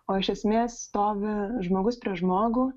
o iš esmės stovi žmogus prieš žmogų